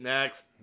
Next